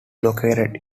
located